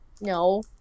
No